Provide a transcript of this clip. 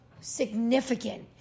significant